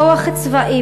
כוח צבאי,